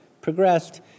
progressed